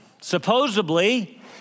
supposedly